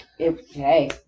okay